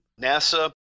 NASA